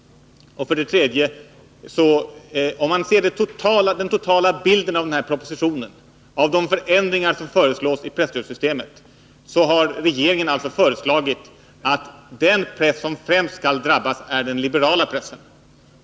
För det tredje måste man se på den totala bilden när det gäller den här propositionen och de förändringar som föreslås i presstödssystemet. Regeringens förslag innebär då att den press som främst kommer att drabbas är den liberala pressen.